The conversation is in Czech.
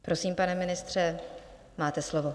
Prosím, pane ministře, máte slovo.